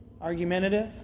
Argumentative